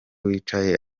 wicaye